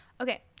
okay